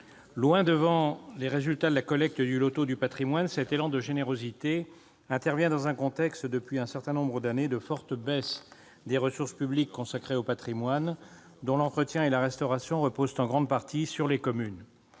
Loin devant la collecte du loto du patrimoine, cet élan de générosité intervient après un certain nombre d'années de forte baisse des ressources publiques consacrées au patrimoine, dont l'entretien et la restauration reposent en grande partie sur les communes.